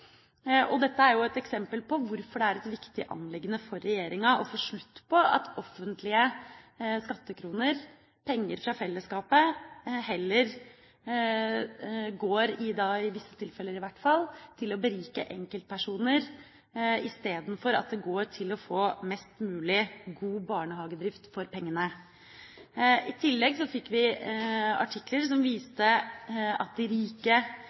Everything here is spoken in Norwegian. selskapsorganisering. Dette er et eksempel på hvorfor det er et viktig anliggende for regjeringa å få slutt på at offentlige skattekroner, penger fra fellesskapet – i disse tilfellene i hvert fall – går til å berike enkeltpersoner i stedet for at de går til å få mest mulig god barnehagedrift for pengene. I tillegg fikk vi artikler som viste at de rike